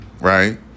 right